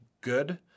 good